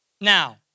Now